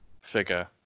figure